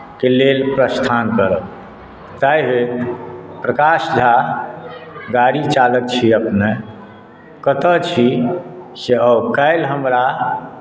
के लेल प्रस्थान करब ताहिलेल प्रकाश झा गाड़ी चालक छी अपने कतय छी से आउ काल्हि हमरा